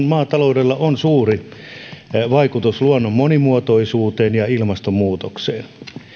maataloudella on suuri vaikutus luonnon monimuotoisuuteen ja ilmastonmuutokseen